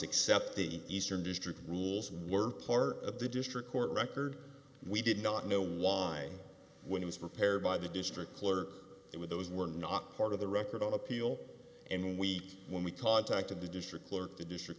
except the eastern district rules were part of the district court record we did not know why when it was prepared by the district clerk with those were not part of the record on appeal and we when we talk to the district clerk the district